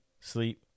Sleep